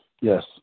Yes